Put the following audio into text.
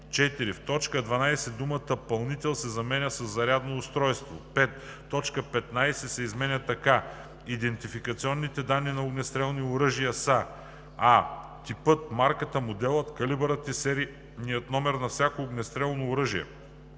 4. В т. 12 думата „пълнител“ се заменя със „зарядно устройство“. 5. Точка 15 се изменя така: „15. „Идентификационни данни на огнестрелни оръжия“ са: а) типът, марката, моделът, калибърът и серийният номер на всяко огнестрелно оръжие,